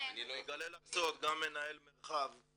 כמובן, עם קישור ישירות לאתר